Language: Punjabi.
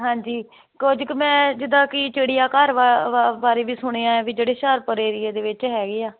ਹਾਂਜੀ ਕੁਝ ਕੁ ਮੈਂ ਜਿੱਦਾਂ ਕਿ ਚਿੜੀਆ ਘਰ ਬਾਰੇ ਵੀ ਸੁਣਿਆ ਵੀ ਜਿਹੜੇ ਹੁਸ਼ਿਆਰਪੁਰ ਏਰੀਏ ਦੇ ਵਿੱਚ ਹੈਗੇ ਆ